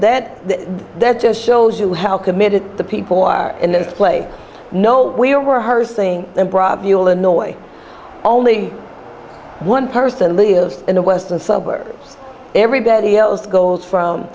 that that just shows you how committed the people are in the play no we were her saying improv you illinois only one person lives in the western suburbs everybody else goes from